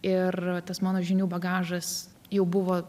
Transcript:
ir tas mano žinių bagažas jau buvo